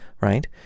Right